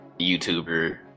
YouTuber